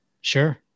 Sure